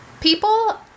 people